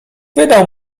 wydał